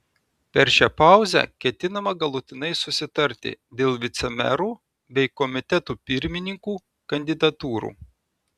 per šią pauzę ketinama galutinai susitarti dėl vicemerų bei komitetų pirmininkų kandidatūrų